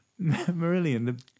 Marillion